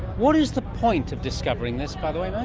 what is the point of discovering this, by the way, maia?